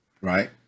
right